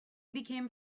became